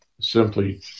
simply